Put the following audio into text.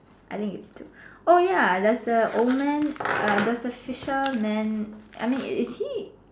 I think it's two oh ya there's the old man uh there's a fisherman I mean is he